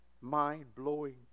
mind-blowing